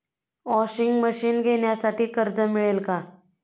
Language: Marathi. वॉशिंग मशीन घेण्यासाठी कर्ज मिळेल का?